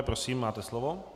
Prosím, máte slovo.